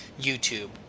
YouTube